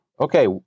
Okay